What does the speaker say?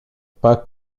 pas